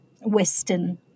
Western